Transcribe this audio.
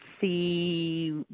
see